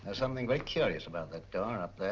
ah something very curious about that door up there.